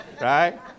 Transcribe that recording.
right